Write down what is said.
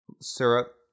syrup